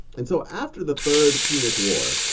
and so after the third punic war,